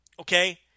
okay